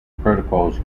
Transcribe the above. protocols